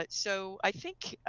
but so i think